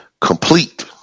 complete